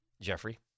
Jeffrey